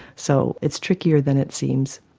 so it's trickier than it seems.